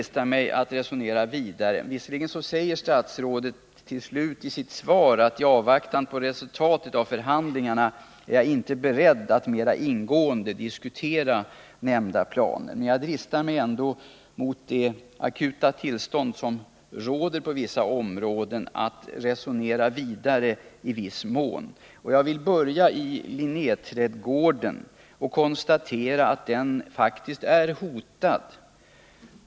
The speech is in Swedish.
Statsrådet säger sedan till slut i sitt svar: ”I avvaktan på resultatet av förhandlingarna är jag inte beredd att mera ingående diskutera nämnda planer.” Men jag dristar mig ändå, med tanke på det akuta tillstånd som råder på vissa områden, att i viss mån resonera vidare. Då vill jag börja med Linnéträdgården. Jag konstaterar att den faktiskt är hotad.